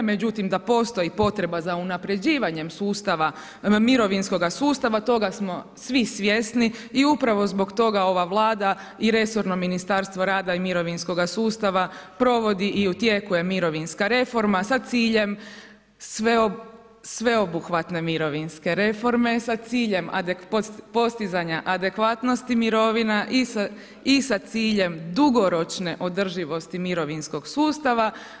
Međutim, da postoji potreba za unapređivanjem sustava mirovinskoga sustava toga smo svi svjesni i upravo zbog toga ova Vlada i resorno Ministarstvo rada i mirovinskoga sustava provodi i u tijeku je mirovinska reforma sa ciljem sveobuhvatne mirovinske reforme sa ciljem postizanja adekvatnosti mirovina i sa ciljem dugoročne održivosti mirovinskog sustava.